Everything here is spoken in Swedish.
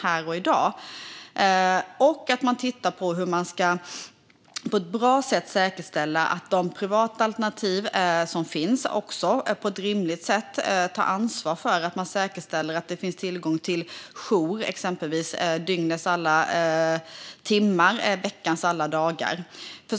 Man behöver också titta på hur man kan säkerställa att de privata alternativ som finns på ett rimligt sätt tar ansvar för att det finns tillgång till exempelvis jour dygnets alla timmar, veckans alla dagar.